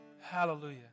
Hallelujah